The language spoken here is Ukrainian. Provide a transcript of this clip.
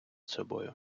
собою